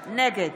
נגד